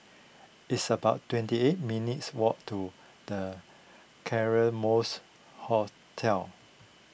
it's about twenty eight minutes' walk to the Claremonts Hotel